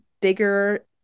bigger